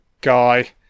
guy